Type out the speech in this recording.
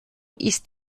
ist